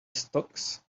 stocks